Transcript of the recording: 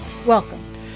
Welcome